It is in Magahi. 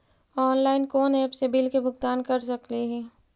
ऑनलाइन कोन एप से बिल के भुगतान कर सकली ही?